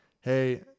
Hey